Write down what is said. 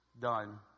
done